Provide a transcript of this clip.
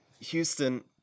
Houston